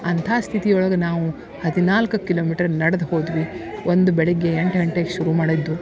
ಅಂಥಾ ಸ್ಥಿತಿಯೊಳಗೆ ನಾವು ಹದನಾಲ್ಕು ಕಿಲೋಮೀಟ್ರ್ ನಡ್ದು ಹೋದ್ದ್ವಿ ಒಂದು ಬೆಳಗ್ಗೆ ಎಂಟು ಗಂಟೆಗೆ ಶುರು ಮಾಡಿದ್ದು